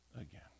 again